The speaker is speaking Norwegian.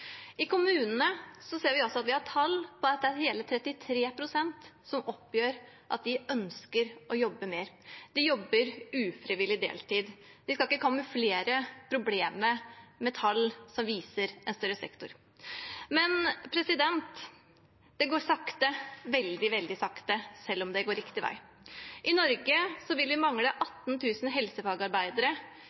I kommunene ser vi at hele 33 pst. oppgir at de ønsker å jobbe mer – de jobber ufrivillig deltid. Vi skal ikke kamuflere problemet med tall som viser en større sektor. Det går sakte, veldig sakte, selv om det går riktig vei. I Norge vil vi mangle 18 000 helsefagarbeidere